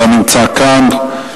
לא נמצא כאן.